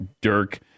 Dirk